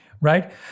right